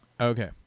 okay